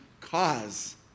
cause